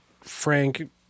Frank